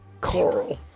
Carl